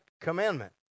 commandment